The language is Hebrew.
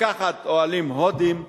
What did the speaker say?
לקחת אוהלים הודיים,